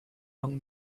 along